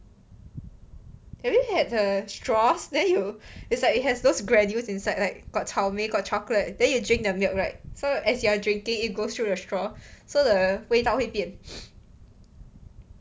have you had the straws then you it's like it has those granules inside like got 草莓 got chocolate then you drink the milk right so as you are drinking it goes through a straw so the 味道会变